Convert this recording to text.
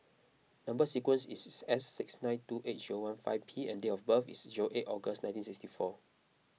Number Sequence is S six nine two eight zero one five P and date of birth is zero eight August nineteen sixty four